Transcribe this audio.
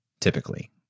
typically